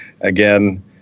again